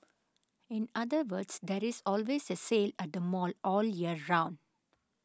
in other words there is always a sale at the mall all year round